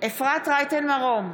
אפרת רייטן מרום,